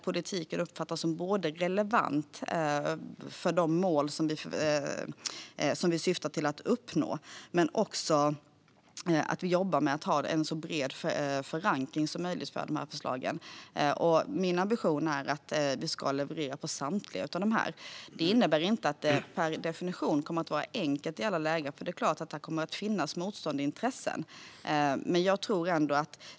Politiken ska uppfattas som relevant för de mål som vi syftar till att uppnå. Men vi ska också jobba med att ha en så bred förankring som möjligt för förslagen. Min ambition är att vi ska leverera på samtliga av dessa mål. Det innebär inte att det per definition kommer att vara enkelt i alla lägen. Det är klart att det kommer att finnas motstående intressen.